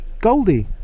Goldie